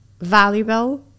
valuable